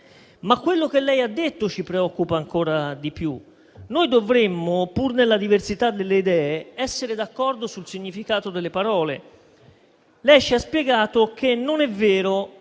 Quello che lei ha detto ci preoccupa ancora di più. Noi dovremmo, pur nella diversità delle idee, essere d'accordo sul significato delle parole. Lei ci ha spiegato che non è vero